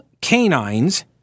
canines